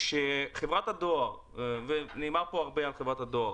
כשחברת הדואר ונאמר פה הרבה על חברת הדואר